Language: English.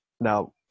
now